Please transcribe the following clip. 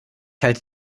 halte